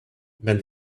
when